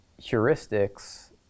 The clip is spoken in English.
heuristics